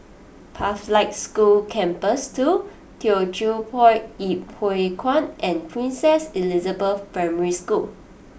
Pathlight School Campus Two Teochew Poit Ip Huay Kuan and Princess Elizabeth Primary School